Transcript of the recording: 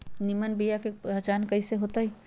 निमन बीया के पहचान कईसे होतई?